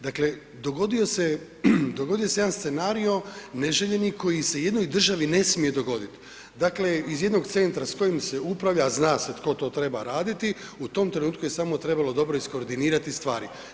Dakle dogodio se, dogodio se jedan scenarijo neželjeni koji se jednoj državi ne smije dogoditi, dakle iz jednog centra s kojim se upravlja, a zna se tko to treba raditi, u tom trenutku je samo trebalo dobro iskoordinirati stvari.